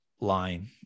line